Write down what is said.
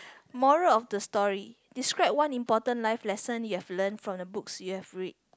morale of the story describes one important life lesson you have learnt from the books you have read